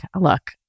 Look